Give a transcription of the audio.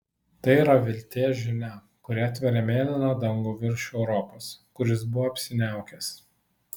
tai yra vilties žinia kuri atveria mėlyną dangų virš europos kuris buvo apsiniaukęs